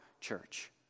church